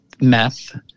meth